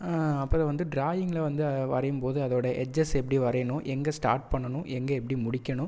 அப்புறம் வந்து டிராயிங்கில் வந்து வரையும் போது அதோடய எட்ஜஸ் எப்படி வரையணும் எங்கே ஸ்டாட் பண்ணணும் எங்கே எப்படி முடிக்கணும்